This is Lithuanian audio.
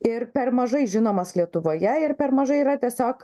ir per mažai žinomas lietuvoje ir per mažai yra tiesiog